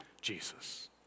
Jesus